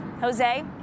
Jose